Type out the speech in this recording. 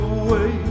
away